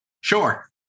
Sure